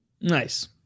Nice